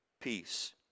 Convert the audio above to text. peace